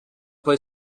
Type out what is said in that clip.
play